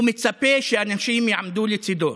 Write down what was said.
הוא מצפה שאנשים יעמדו לצידו.